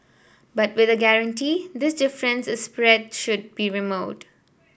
but with a guarantee this difference in spread should be removed